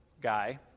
guy